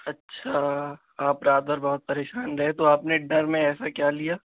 اچھا آپ رات بھر بہت پریشان رہے تو آپ ڈنر میں ایسا کیا لیا